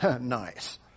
nice